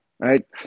right